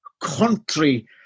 country